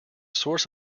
source